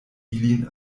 ilin